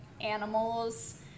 animals